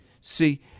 See